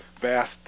vast